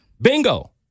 Bingo